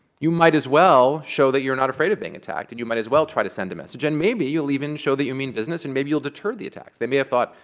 you might as well show that you're not afraid of being attacked. and you might as well try to send a message. and maybe you'll even show that you mean business, and maybe you'll deter the attacks. they may have thought,